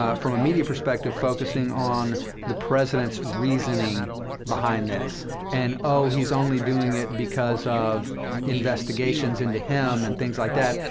ah from a media perspective, focusing on the president's reasoning behind this and, oh, he's only doing it because of investigations into him, and things like that,